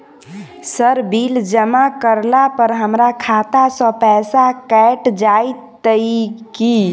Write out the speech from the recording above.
Sir bill जमा करला पर हमरा खाता सऽ पैसा कैट जाइत ई की?